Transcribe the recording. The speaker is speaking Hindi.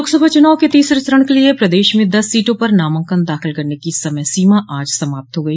लोकसभा चुनाव के तीसरे चरण के लिये प्रदेश में दस सीटों पर नामांकन दाखिल करने की समय सीमा आज शाम समाप्त हो गई